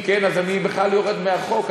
אם כן, אז אני בכלל יורד מהחוק.